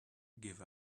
give